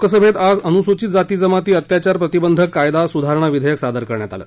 लोकसभेत आज अनुसुचित जाती जमाती अत्याचार प्रतिबंधक कायदा सुधारणा विधेयक सादर करण्यात आलं